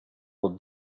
will